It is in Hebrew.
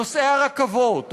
נוסעי הרכבות,